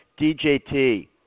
DJT